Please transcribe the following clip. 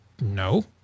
no